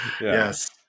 Yes